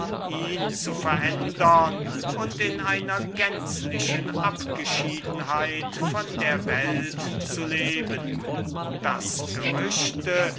ihn zu verändern und in einer gänzlichen abgeschiedenheit von der welt zu leben auszuforschen das gerüchte